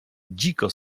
dziko